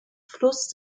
fluss